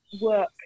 work